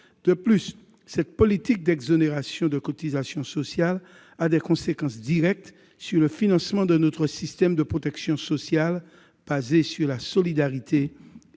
De plus, cette politique d'exonération de cotisations sociales a des conséquences directes sur le financement de notre système de protection sociale, fondé sur la solidarité